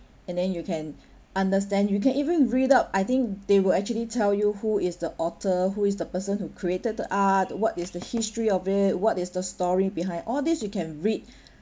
and then you can understand you can even read up I think they will actually tell you who is the author who is the person who created the art what is the history of it what is the story behind all these you can read